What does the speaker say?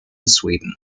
sweden